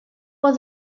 was